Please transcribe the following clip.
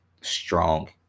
strong